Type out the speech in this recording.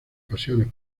pasiones